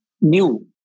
new